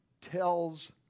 tells